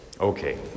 Okay